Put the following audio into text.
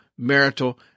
marital